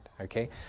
okay